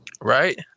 right